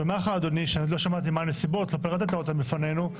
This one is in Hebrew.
לא פירטת בפנינו מה הנסיבות.